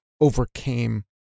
overcame